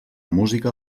música